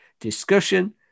discussion